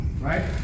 right